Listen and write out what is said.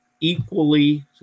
Equally